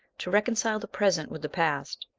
to reconcile the present with the past.